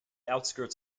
outskirts